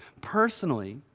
personally